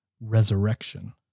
resurrection